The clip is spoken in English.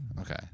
Okay